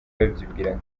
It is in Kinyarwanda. babyibwira